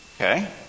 Okay